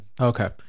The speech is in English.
Okay